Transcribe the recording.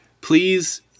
Please